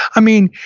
i mean,